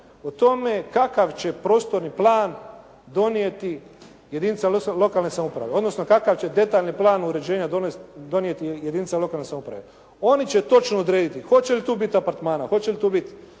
o tome kakav će prostorni plan donijeti jedinica lokalne samouprave, odnosno kakav će detaljni plan uređenja donijeti jedinica lokalne samouprave. Oni će točno odrediti hoće li tu biti apartmana, hoće li tu biti